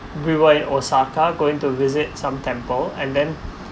river in osaka going to visit some temple and then